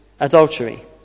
adultery